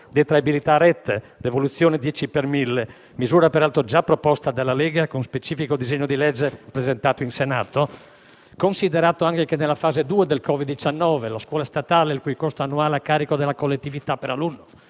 detraibilità delle rette, devoluzione del 10 per mille (misura peraltro già proposta dalla Lega con specifico disegno di legge presentato in Senato); considerato altresì che nella fase 2 del Covid-19 la scuola statale, il cui costo annuale a carico della collettività per alunno